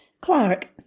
Clark